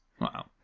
Wow